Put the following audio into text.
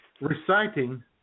Reciting